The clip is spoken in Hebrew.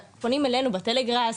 פונים אלינו בטלגרס,